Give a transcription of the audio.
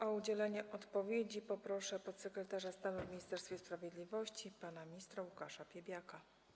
O udzielenie odpowiedzi poproszę podsekretarza stanu w Ministerstwie Sprawiedliwości pana ministra Łukasza Piebiaka.